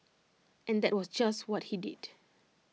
and that was just what he did